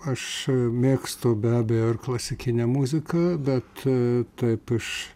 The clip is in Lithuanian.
aš mėgstu be abejo ir klasikinę muziką bet taip iš